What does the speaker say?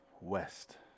West